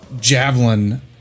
javelin